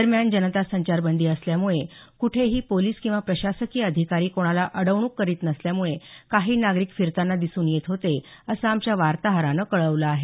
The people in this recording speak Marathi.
दरम्यान जनता संचारबंदी असल्यामुळे कुठेही पोलीस किंवा प्रशासकीय अधिकारी कोणाला अडवणूक करीत नसल्यामुळे काही नागरिक फिरताना दिसून येत होते असं आमच्या वातोहरान कळवल आहे